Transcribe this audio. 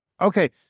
Okay